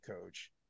coach